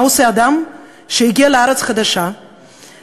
מה עושה אדם שהגיע לארץ חדשה ושם,